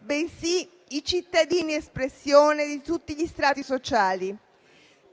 ma i cittadini espressione di tutti gli strati sociali.